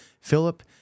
Philip